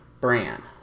brand